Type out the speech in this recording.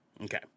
Okay